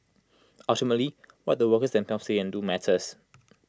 ultimately what the workers themselves say and do matters